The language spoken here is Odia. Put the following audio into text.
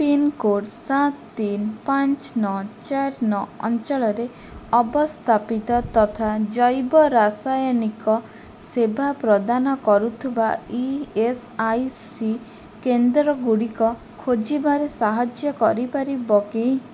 ପିନ୍କୋଡ଼୍ ସାତ ତିନି ପାଞ୍ଚ ନଅ ଚାରି ନଅ ଅଞ୍ଚଳରେ ଅବସ୍ଥାପିତ ତଥା ଜୈବରସାୟନିକ ସେବା ପ୍ରଦାନ କରୁଥିବା ଇ ଏସ୍ ଆଇ ସି କେନ୍ଦ୍ରଗୁଡ଼ିକ ଖୋଜିବାରେ ସାହାଯ୍ୟ କରିପାରିବ କି